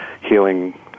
healing